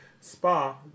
spa